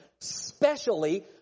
specially